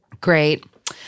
Great